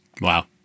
Wow